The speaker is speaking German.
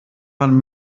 man